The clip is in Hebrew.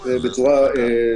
בצורה טובה.